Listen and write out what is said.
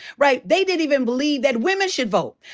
right. they didn't even believe that women should vote.